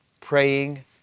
praying